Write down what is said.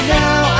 now